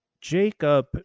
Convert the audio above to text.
Jacob